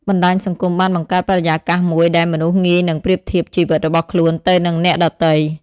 បណ្តាញសង្គមបានបង្កើតបរិយាកាសមួយដែលមនុស្សងាយនឹងប្រៀបធៀបជីវិតរបស់ខ្លួនទៅនឹងអ្នកដទៃ។